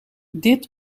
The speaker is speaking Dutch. dit